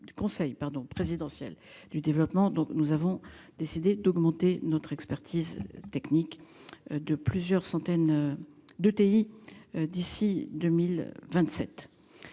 Du Conseil pardon présidentiel du développement. Donc nous avons décidé d'augmenter notre expertise technique de plusieurs centaines. De TI. D'ici 2027.